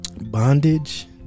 Bondage